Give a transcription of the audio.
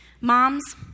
Moms